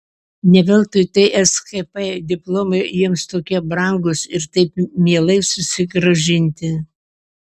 ne veltui tskp diplomai jiems tokie brangūs ir taip mielai susigrąžinti